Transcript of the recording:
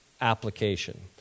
application